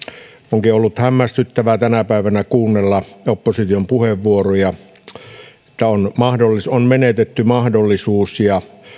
onkin ollut hämmästyttävää tänä päivänä kuunnella opposition puheenvuoroja että on menetetty mahdollisuus ja